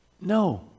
no